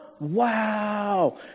Wow